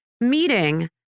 meeting